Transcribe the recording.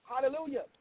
Hallelujah